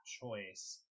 choice